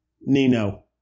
Nino